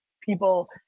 people